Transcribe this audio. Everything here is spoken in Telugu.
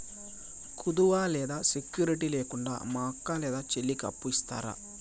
కుదువ లేదా సెక్యూరిటి లేకుండా మా అక్క లేదా చెల్లికి అప్పు ఇస్తారా?